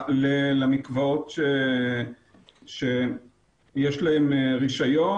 הבריאות למקוואות שיש להם רישיון.